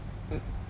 mm